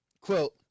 quote